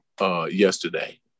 yesterday